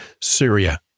Syria